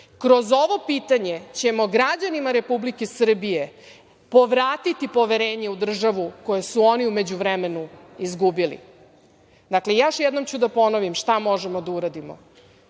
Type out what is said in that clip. Kroz ovo pitanje ćemo građanima Republike Srbije povratiti poverenje u državu koje su oni u međuvremenu izgubili. Dakle, još jednom ću da ponovim šta možemo da uradimo